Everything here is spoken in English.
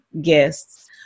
guests